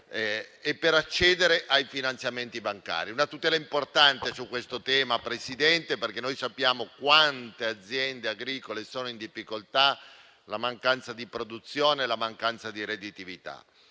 e per accedere ai finanziamenti bancari. Una tutela importante su questo tema, signor Presidente, perché sappiamo quante aziende agricole sono in difficoltà come sappiamo della mancanza di produzione e di redditività.